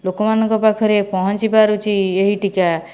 ଲୋକମାନଙ୍କ ପାଖରେ ପହଞ୍ଚି ପାରୁଛି ଏହି ଟୀକା